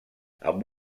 amb